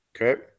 Okay